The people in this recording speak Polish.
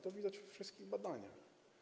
To widać we wszystkich badaniach.